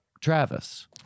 Travis